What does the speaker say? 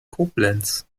koblenz